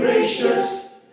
Gracious